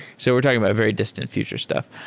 so we're talking about a very distant future stuff.